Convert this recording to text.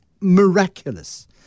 miraculous